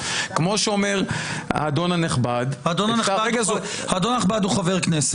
כמו שאומר האדון הנכבד --- האדון הנכבד הוא חבר כנסת.